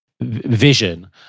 Vision